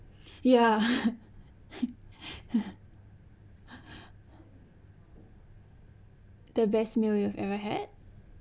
ya the best meal you've ever had